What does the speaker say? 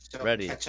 Ready